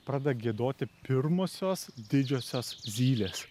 pradeda giedoti pirmosios didžiosios zylės